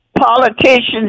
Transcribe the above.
politician's